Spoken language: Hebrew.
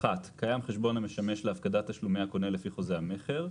קיים חשבון המשמש להפקדת תשלומי הקונה לפי חוזה המכר-